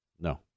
No